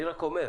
אני רואה